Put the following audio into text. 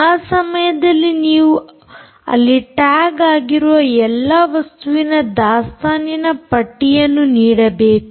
ಆ ಸಮಯದಲ್ಲಿ ನೀವು ಅಲ್ಲಿ ಟ್ಯಾಗ್ ಆಗಿರುವ ಎಲ್ಲಾ ವಸ್ತುಗಳ ದಾಸ್ತಾನಿನ ಪಟ್ಟಿಯನ್ನು ನೀಡಬೇಕು